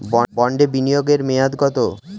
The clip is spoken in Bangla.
বন্ডে বিনিয়োগ এর মেয়াদ কত?